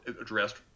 addressed